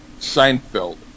Seinfeld